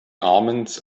omens